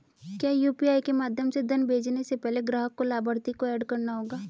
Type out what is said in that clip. क्या यू.पी.आई के माध्यम से धन भेजने से पहले ग्राहक को लाभार्थी को एड करना होगा?